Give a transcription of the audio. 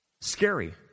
Scary